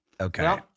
Okay